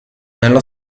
nello